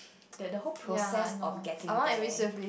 that the whole process of getting there